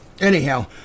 anyhow